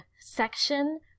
section